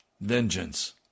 Vengeance